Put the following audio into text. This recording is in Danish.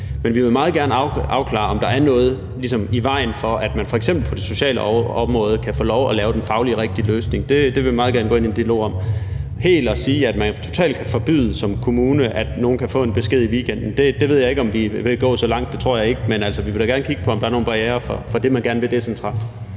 Men vi vil meget gerne afklare, om der ligesom er noget i vejen for, at man f.eks. på det sociale område kan få lov at lave den fagligt rigtige løsning. Det vil vi meget gerne gå ind i en dialog om. Men at gå så langt som til at sige, at man totalt kan forbyde kommunerne, at nogen kan få en besked i weekenden, ved jeg ikke, om vi vil. Det tror jeg ikke, men vi vil da gerne kigge på, om der er nogle barrierer for det, man gerne vil decentralt.